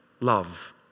love